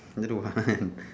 me don't want